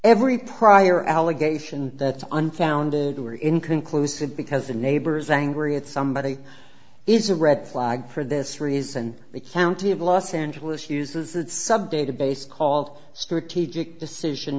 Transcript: every prior allegation that's unfounded were inconclusive because the neighbors angry at somebody is a red flag for this reason the county of los angeles uses its sub database called strategic decision